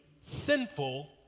sinful